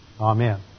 Amen